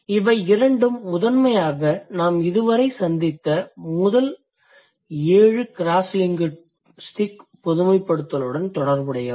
இவை இரண்டும் முதன்மையாக நாம் இதுவரை சந்தித்த முதல் 7 crosslinguistic பொதுமைப்படுத்துதலுடன் தொடர்புடையவை